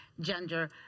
gender